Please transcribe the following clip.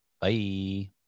Bye